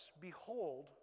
behold